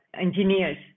engineers